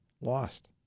lost